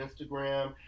Instagram